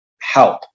help